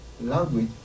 language